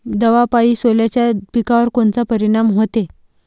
दवापायी सोल्याच्या पिकावर कोनचा परिनाम व्हते?